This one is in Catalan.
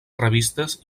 revistes